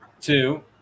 Two